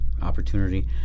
Opportunity